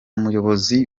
muyobozi